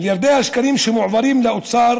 מיליארדי השקלים שמועברים לאוצר